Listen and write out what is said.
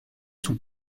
sont